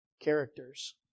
characters